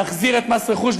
נחזיר את מס רכוש.